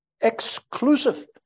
exclusive